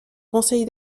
conseil